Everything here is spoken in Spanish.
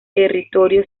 territorio